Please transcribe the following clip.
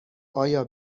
آیا